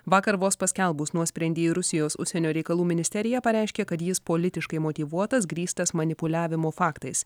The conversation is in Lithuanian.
vakar vos paskelbus nuosprendį rusijos užsienio reikalų ministerija pareiškė kad jis politiškai motyvuotas grįstas manipuliavimu faktais